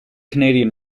canadian